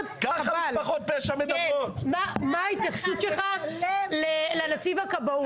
מה ההתייחסות שלך לנציב הכבאות?